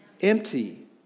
empty